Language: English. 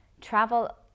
travel